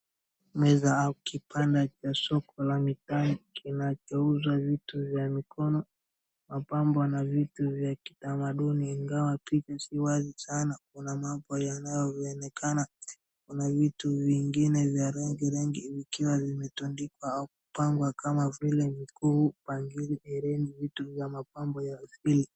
Meza au kipanda cha soko la mitaani kinachouza vitu vya mikono, mapambo na vitu vya kitamaduni ingawa picha si wazi sana. Kuna mapo yanayoonekana, kuna vitu vingine vya rangi rangi vikiwa vimetundikwa au kupangwa kama vile viku, bangili, hereni, vitu vya mapambo ya asili.